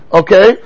okay